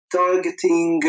targeting